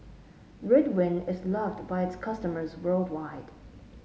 Ridwind is loved by its customers worldwide